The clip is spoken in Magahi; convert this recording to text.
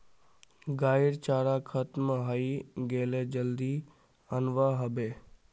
गाइर चारा खत्म हइ गेले जल्दी अनवा ह बे